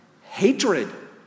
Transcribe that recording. hatred